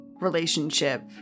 relationship